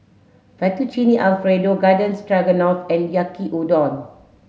Fettuccine Alfredo Garden Stroganoff and Yaki Udon